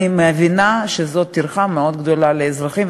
אני מבינה שזאת טרחה מאוד גדולה לאזרחים,